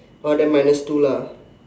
oh then minus two lah